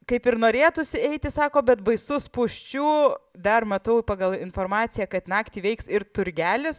kaip ir norėtųsi eiti sako bet baisu spūsčių dar matau pagal informaciją kad naktį veiks ir turgelis